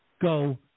Go